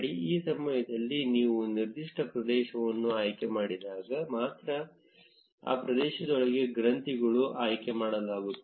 ಈ ಸಮಯದಲ್ಲಿ ನೀವು ನಿರ್ದಿಷ್ಟ ಪ್ರದೇಶವನ್ನು ಆಯ್ಕೆ ಮಾಡಿದಾಗಮಾತ್ರ ಆ ಪ್ರದೇಶದೊಳಗೆ ಗ್ರಂಥಿಗಳು ಆಯ್ಕೆ ಮಾಡಲಾಗುತ್ತದೆ